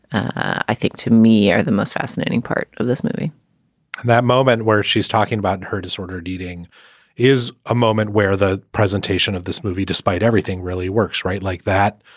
i think to me are the most fascinating part of this movie that moment where she's talking about her disordered eating is a moment where the presentation of this movie, despite everything, really works. right like that.